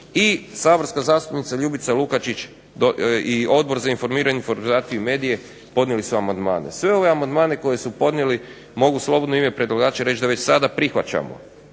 i saborska zastupnica Ljubica LUkačić i Odbor za informiranje, informatizaciju i medije podnijeli su amandmane. Sve ove amandmane koje su podnijeli mogu slobodno u ime predlagača reći da već sada prihvaćamo